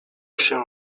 się